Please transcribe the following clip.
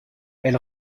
elle